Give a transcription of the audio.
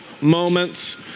moments